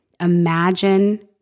imagine